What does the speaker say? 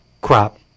crop